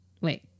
Wait